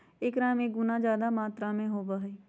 एकरा में गुना जादा मात्रा में होबा हई